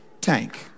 tank